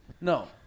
No